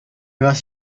was